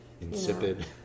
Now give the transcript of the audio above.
insipid